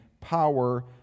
power